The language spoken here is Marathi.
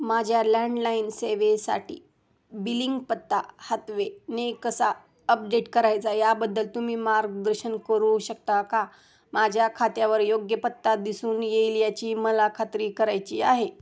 माझ्या लँडलाईन सेवेसाठी बिलिंंग पत्ता हातवेने कसा अपडेट करायचा याबद्दल तुम्ही मार्गदर्शन करू शकता का माझ्या खात्यावर योग्य पत्ता दिसून येईल याची मला खात्री करायची आहे